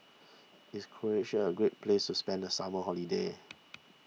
is Croatia a great place to spend the summer holiday